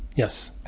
yes